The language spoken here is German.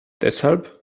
deshalb